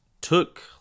took